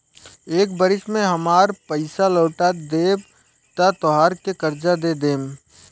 एक बरिस में हामार पइसा लौटा देबऽ त तोहरा के कर्जा दे देम